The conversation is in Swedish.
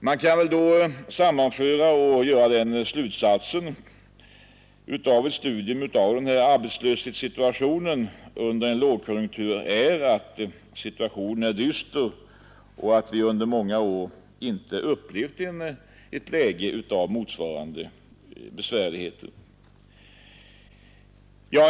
Man kan sammanfatta och dra den slutsatsen av ett studium av den här arbetslöshetssituationen under denna lågkonjunktur att situationen är dyster och att vi under många år inte upplevt ett läge med motsvarande besvärligheter.